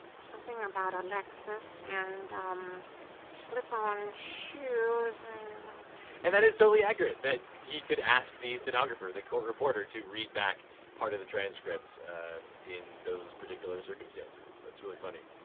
something about a lexus and slip-on shoes and. and that is totally accurate, that he could ask the stenographer, the court reporter, to read back part of the transcript in those particular circumstances. that's really funny.